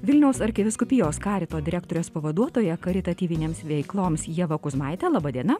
vilniaus arkivyskupijos karito direktorės pavaduotoja karitatyvinėms veikloms ieva kuzmaite laba diena